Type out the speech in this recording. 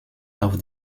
auf